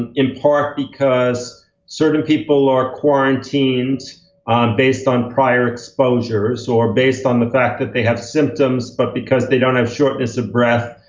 and in part because certain people are quarantined based on prior exposures, or based on the fact that they have symptoms. but because they don't have shortness of breath,